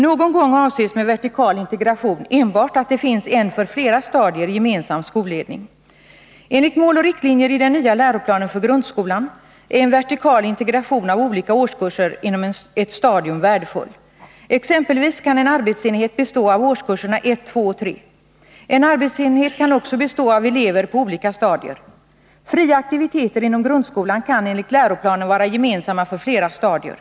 Någon gång avses med vertikal integration enbart att det finns en för flera stadier gemensam skolledning. Enligt mål och riktlinjer i den nya läroplanen för grundskolan är en vertikal integration av olika årskurser inom ett stadium värdefull. Exempelvis kan en arbetsenhet bestå av årskurserna 1, 2 och 3. En arbetsenhet kan också bestå av elever på olika stadier. Fria aktiviteter inom grundskolan kan enligt läroplanen vara gemensamma för flera stadier.